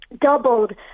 doubled